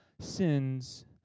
sins